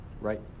Right